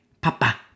Papa